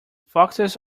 foxes